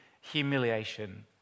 humiliation